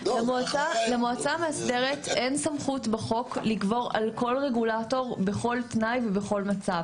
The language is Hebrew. למעוצה המאסדרת אין סמכות בחוק לגבור על כל רגולטור בכל תנאי ובכל מצב.